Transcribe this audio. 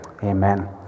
Amen